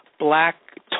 black